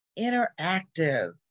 interactive